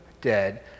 dead